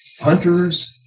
hunters